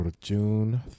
June